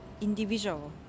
individual